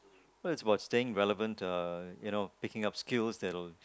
it's about staying relevant you know picking up skills that will